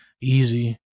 easy